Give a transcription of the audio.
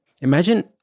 Imagine